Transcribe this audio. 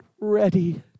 ready